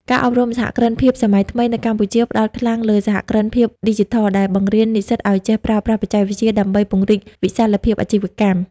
ការអប់រំសហគ្រិនភាពសម័យថ្មីនៅកម្ពុជា ផ្ដោតខ្លាំងលើ "សហគ្រិនភាពឌីជីថល" ដែលបង្រៀននិស្សិតឱ្យចេះប្រើប្រាស់បច្ចេកវិទ្យាដើម្បីពង្រីកវិសាលភាពអាជីវកម្ម។